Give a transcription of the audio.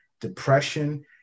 depression